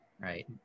right